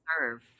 serve